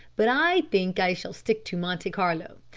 but i think i shall stick to monte carlo.